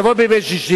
תבוא בימי שישי,